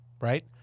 right